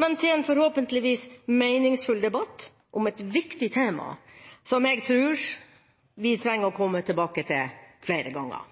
men til en forhåpentligvis meningsfull debatt om et viktig tema som jeg tror vi trenger å komme tilbake til flere ganger.